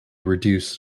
reduced